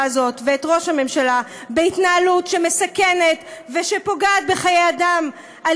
הזאת ואת ראש הממשלה בהתנהלות שמסכנת חיי אדם ופוגעת בחיי אדם על